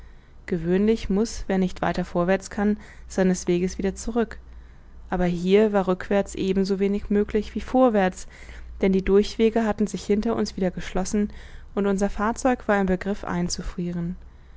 gewöhnlich muß wer nicht weiter vorwärts kann seines weges wieder zurück aber hier war rückwärts eben so wenig möglich wie vorwärts denn die durchwege hatten sich hinter uns wieder geschlossen und unser fahrzeug war im begriff